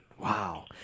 Wow